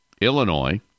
Illinois